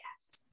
Yes